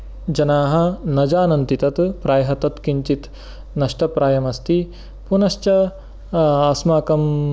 जनाः न जानन्ति तत् प्रायः तत् किञ्चित् नष्टप्रायमस्ति पुनश्च अस्माकं